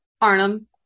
Arnhem